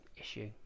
issue